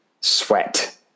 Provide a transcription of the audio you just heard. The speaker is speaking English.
sweat